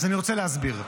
אז אני רוצה להסביר.